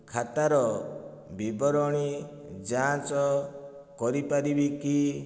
ଖାତାର ବିବରଣୀ ଯାଞ୍ଚ କରିପାରିବି କି